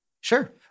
Sure